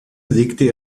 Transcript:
legte